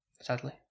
sadly